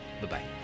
Bye-bye